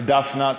לדפנה.